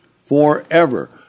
forever